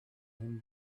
him